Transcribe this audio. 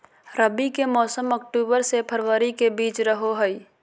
रबी के मौसम अक्टूबर से फरवरी के बीच रहो हइ